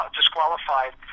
disqualified